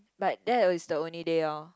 but that is the only day loh